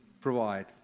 provide